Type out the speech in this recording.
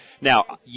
now –